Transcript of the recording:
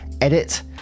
edit